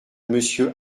monsieur